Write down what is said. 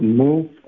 move